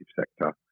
sector